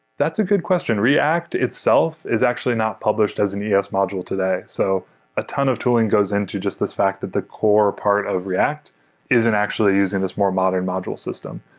that's a good question. react itself is actually not published as an es module today. so a ton of tooling goes into just this fact that the core part of react isn't actually using this more modern module system.